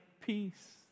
peace